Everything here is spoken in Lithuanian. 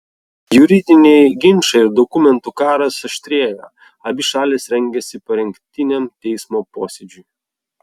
juridiniai ginčai ir dokumentų karas aštrėjo abi šalys rengėsi parengtiniam teismo posėdžiui